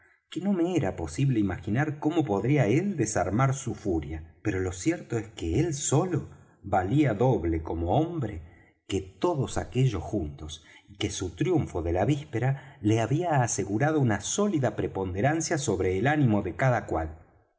que no me era posible imaginar como podría él desarmar su furia pero lo cierto es que él solo valía doble como hombre que todos aquellos juntos y que su triunfo de la víspera le había asegurado una sólida preponderancia sobre el ánimo de cada cual